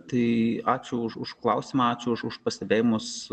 tai ačiū už užklausimą ačiū už pastebėjimus